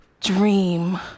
dream